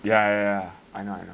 yeah yeah yeah I know I know